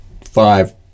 five